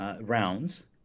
rounds